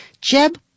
Jeb